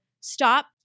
stop